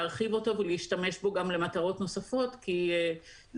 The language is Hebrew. להרחיב אותו ולהשתמש בו גם למטרות נוספות כי זה